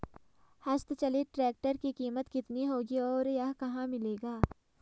हस्त चलित ट्रैक्टर की कीमत कितनी होगी और यह कहाँ मिलेगा?